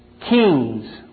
kings